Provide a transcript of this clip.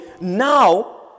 now